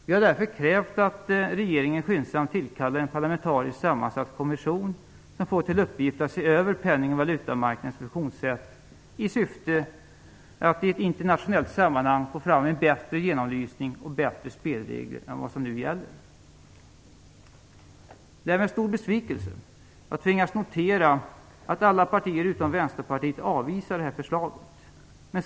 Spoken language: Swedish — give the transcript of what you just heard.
Vi har därför krävt att regeringen skyndsamt tillkallar en parlamentariskt sammansatt kommission, som får till uppgift att se över penning och valutamarknadens funktionssätt i syfte att i ett internationellt sammanhang få fram en bättre genomlysning och bättre spelregler än vad som nu gäller. Det är med stor besvikelse jag tvingas notera att alla partier utom Vänsterpartiet avvisar det här förslaget.